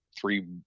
three